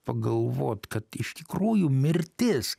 pagalvot kad iš tikrųjų mirtis